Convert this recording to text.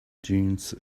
dunes